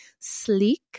sleek